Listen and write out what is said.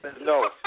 No